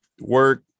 work